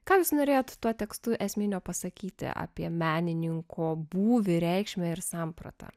ką jūs norėjote tuo tekstu esminio pasakyti apie menininko būvį reikšmę ir sampratą